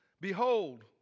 Behold